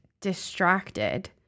distracted